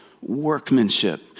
workmanship